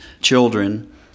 children